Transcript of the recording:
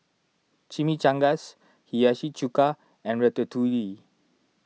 Chimichangas Hiyashi Chuka and Ratatouille